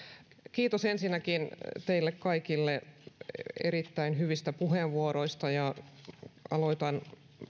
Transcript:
kiitos ensinnäkin teille kaikille erittäin hyvistä puheenvuoroista aloitan